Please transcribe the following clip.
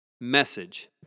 Message